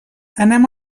anem